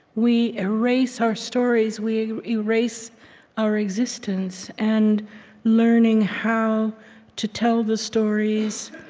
we erase our stories, we erase our existence. and learning how to tell the stories,